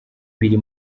biri